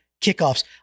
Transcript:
kickoffs